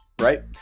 right